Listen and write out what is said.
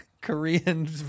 Korean